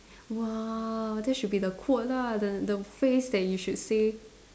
!wow! that should be the quote lah the the phrase that you should say